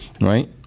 Right